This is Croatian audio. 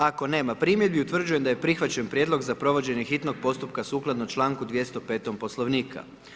Ako nema primjedbi, utvrđujem da je prihvaćen prijedlog za provođenje hitnog postupka sukladno čl. 205. poslovnika.